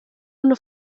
una